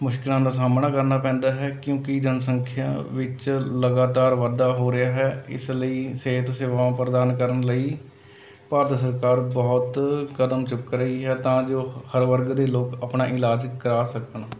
ਮੁਸ਼ਕਿਲਾਂ ਦਾ ਸਾਹਮਣਾ ਕਰਨਾ ਪੈਂਦਾ ਹੈ ਕਿਉਂਕਿ ਜਨਸੰਖਿਆ ਵਿੱਚ ਲਗਾਤਾਰ ਵਾਧਾ ਹੋ ਰਿਹਾ ਹੈ ਇਸ ਲਈ ਸਿਹਤ ਸੇਵਾ ਪ੍ਰਦਾਨ ਕਰਨ ਲਈ ਭਾਰਤ ਸਰਕਾਰ ਬਹੁਤ ਕਦਮ ਚੁੱਕ ਰਹੀ ਹੈ ਤਾਂ ਜੋ ਹਰ ਵਰਗ ਦੇ ਲੋਕ ਆਪਣਾ ਇਲਾਜ ਕਰਵਾ ਸਕਣ